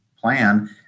plan